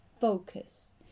focus